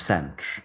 Santos